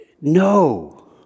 no